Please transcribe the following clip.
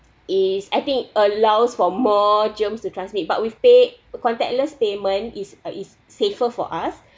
is I think allows for more germs to transmit but with pay contactless payment it's err it's safer for us